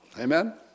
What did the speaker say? amen